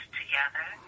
together